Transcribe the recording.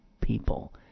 people